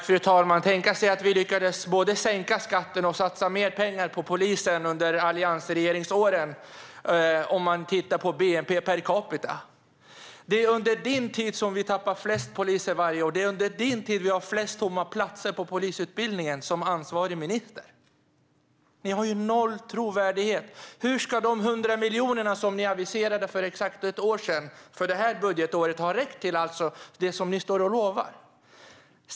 Fru talman! Tänka sig att vi lyckades både sänka skatten och satsa mer pengar på polisen under alliansregeringsåren, sett till bnp per capita. Det är under din tid, Morgan Johansson, som vi har tappat flest poliser varje år. Det är under din tid som ansvarig minister som vi har flest tomma platser på polisutbildningen. Ni har noll trovärdighet. Hur skulle de 100 miljoner som ni aviserade för exakt ett år sedan för det här budgetåret ha räckt till allt det som ni står och lovar?